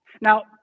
Now